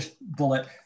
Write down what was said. bullet